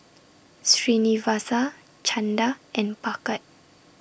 Srinivasa Chanda and Bhagat